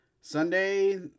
Sunday